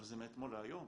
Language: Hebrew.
וזה מאתמול להיום.